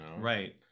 Right